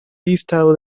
listado